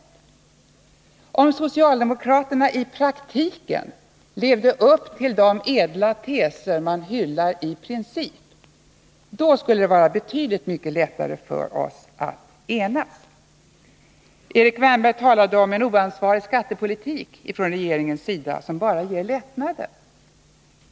Om socialdemokraterna i praktiken levde upp till de ädla teser man hyllar i princip, skulle det vara betydligt lättare för oss att enas. Erik Wärnberg talade om en oansvarig skattepolitik från regeringens sida, som bara går ut på att ge lättnader.